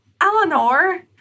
Eleanor